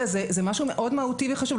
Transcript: זה משהו מאוד מהותי וחשוב.